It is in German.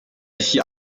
hier